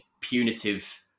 punitive